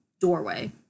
doorway